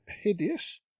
hideous